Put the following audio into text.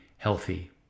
healthy